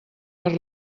para